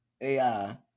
AI